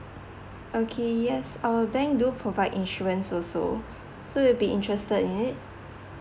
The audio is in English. okay yes our bank do provide insurance also so will you be interested in it